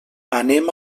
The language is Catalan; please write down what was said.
anem